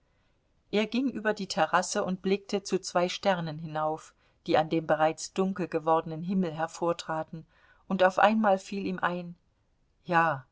er ging über die terrasse und blickte zu zwei sternen hinauf die an dem bereits dunkel gewordenen himmel hervortraten und auf einmal fiel ihm ein ja